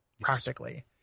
practically